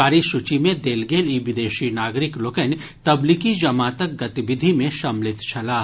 कारी सूची मे देल गेल ई विदेशी नागरिक लोकनि तब्लीगी जमातक गतिविधि मे सम्मिलित छलाह